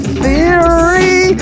theory